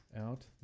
out